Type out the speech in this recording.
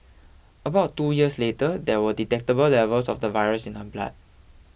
about two years later there were detectable levels of the virus in her blood